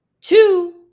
two